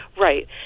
Right